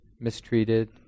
mistreated